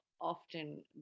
often